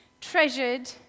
treasured